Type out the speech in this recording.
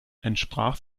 entsprach